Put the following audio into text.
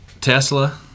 tesla